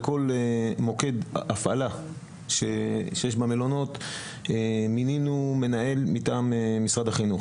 בכל מוקד הפעלה שיש במלונות מינינו מנהל מטעם משרד החינוך.